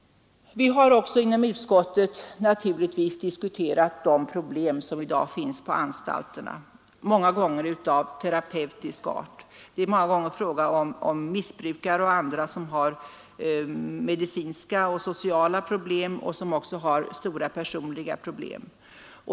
Vi har inom utskottet naturligtvis också diskuterat de problem, många gånger av terapeutisk art, som i dag finns på anstalterna. Det är ofta fråga om missbrukare och andra som har medicinska och sociala problem eller som eljest har stora personliga problem.